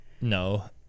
no